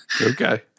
Okay